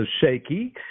shaky